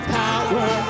power